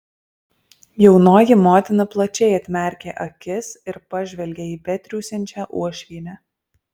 jaunoji motina plačiai atmerkė akis ir pažvelgė į betriūsiančią uošvienę